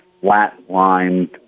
flat-lined